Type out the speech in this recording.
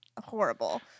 horrible